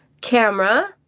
camera